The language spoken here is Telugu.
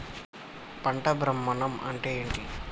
పంట భ్రమణం అంటే ఏంటి?